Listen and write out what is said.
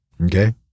Okay